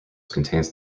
contains